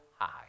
high